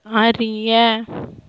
அறிய